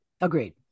Agreed